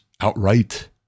outright